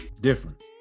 different